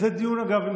זה דיון שאגב,